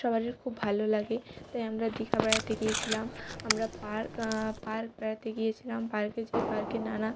সবারির খুব ভালো লাগে তাই আমরা দীঘা বেড়াতে গিয়েছিলাম আমরা পার্ক পার্ক বেড়াতে গিয়েছিলাম পার্কে যেয়ে পার্কে নানা